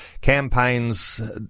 campaigns